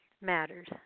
matters